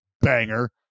banger